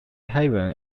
haven